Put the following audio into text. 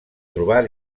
trobar